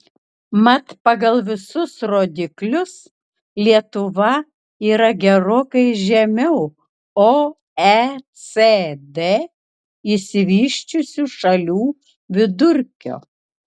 mat pagal visus rodiklius lietuva yra gerokai žemiau oecd išsivysčiusių šalių vidurkio